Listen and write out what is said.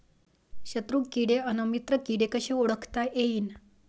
शत्रु किडे अन मित्र किडे कसे ओळखता येईन?